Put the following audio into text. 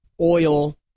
oil